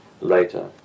later